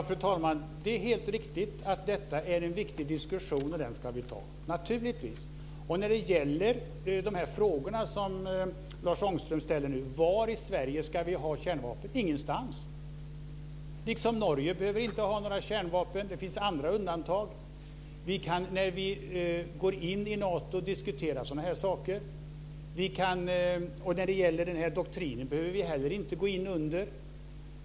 Fru talman! Det är helt riktigt att detta är en viktig diskussion, och den ska vi naturligtvis ta. När det gäller de frågor som Lars Ångström ställer om var i Sverige vi ska ha kärnvapen är svaret: Ingenstans. Liksom Norge behöver vi inte ha några kärnvapen. Det finns också andra undantag. När vi går in i Nato kan vi diskutera sådana här saker. Den här doktrinen behöver vi inte heller gå in under.